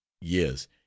yes